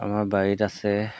আমাৰ বাৰীত আছে